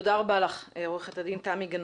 תודה רבה לך, עורכת דין תמי גנות.